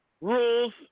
rules